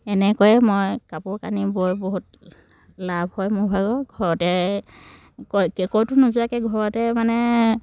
এনেকৈয়ে মই কাপোৰ কানি বৈ বহুত লাভ হয় মোৰ ভাগৰ ঘৰতে ক'তো নোযোৱাকৈ ঘৰতে মানে